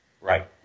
Right